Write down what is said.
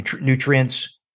nutrients